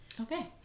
Okay